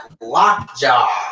lockjaw